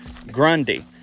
Grundy